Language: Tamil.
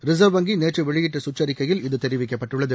ரிசர்வ் வங்கி நேற்று வெளியிட்ட சுற்றிக்கையில் இது தெரிவிக்கப்பட்டுள்ளது